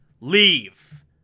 leave